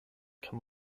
kann